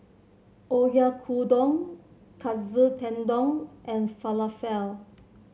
Oyakodon Katsu Tendon and Falafel